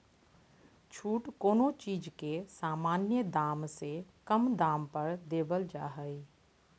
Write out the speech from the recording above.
छूट कोनो चीज के सामान्य दाम से कम दाम पर देवल जा हइ